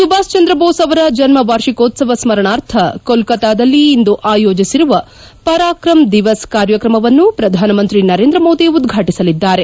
ಸುಭಾಷ್ಚಂದ್ರ ಬೋಸ್ ಅವರ ಜನ್ನವಾರ್ಷಿಕೋತ್ಸವ ಸ್ಪರಣಾರ್ಥ ಕೋಲ್ಲತಾದಲ್ಲಿ ಇಂದು ಆಯೋಜಿಸಿರುವ ಪರಾಕ್ರಮ್ ದಿವಸ್ ಕಾರ್ಯಕ್ರಮವನ್ನು ಪ್ರಧಾನಮಂತ್ರಿ ನರೇಂದ್ರ ಮೋದಿ ಉದ್ವಾಟಿಸಲಿದ್ದಾರೆ